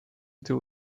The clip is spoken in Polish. gdy